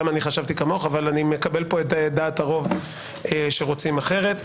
אבל אני מקבל את דעת הרוב שרוצים אחרות.